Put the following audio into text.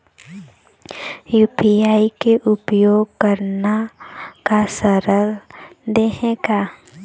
UPI के उपयोग करना का सरल देहें का?